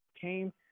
came